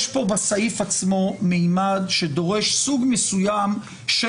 יש פה בסעיף עצמו מימד שדורש סוג מסוים של